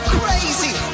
crazy